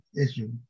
issue